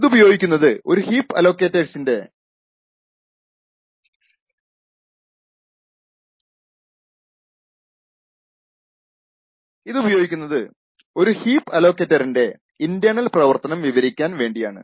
ഇതുപയോഗിക്കുന്നത് ഒരു ഹീപ്പ് അലോക്കേറ്ററിന്റെ ഇന്റെർണൽ പ്രവർത്തനം വിവരിക്കാൻ വേണ്ടിയാണ്